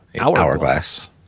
hourglass